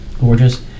gorgeous